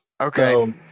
Okay